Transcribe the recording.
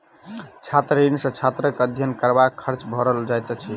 छात्र ऋण सॅ छात्रक अध्ययन करबाक खर्च भरल जाइत अछि